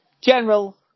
General